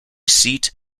seat